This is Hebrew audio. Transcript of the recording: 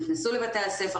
נכנסו לבתי הספר,